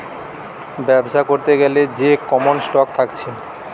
বেবসা করতে গ্যালে যে কমন স্টক থাকছে